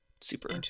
super